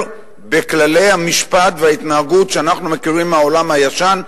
בכללי המשפט וההתנהגות שאנחנו מכירים מהעולם הישן,